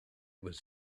was